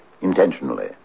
intentionally